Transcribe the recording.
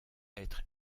être